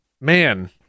Man